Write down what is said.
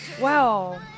Wow